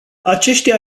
aceștia